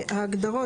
ההגדרות,